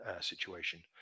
situation